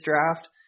draft